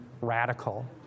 radical